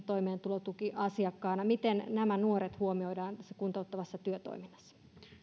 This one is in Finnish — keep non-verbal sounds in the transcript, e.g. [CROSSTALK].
[UNINTELLIGIBLE] toimeentulotukiasiakkaana miten nämä nuoret huomioidaan tässä kuntouttavassa työtoiminnassa